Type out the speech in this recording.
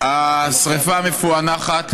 השרפה מפוענחת.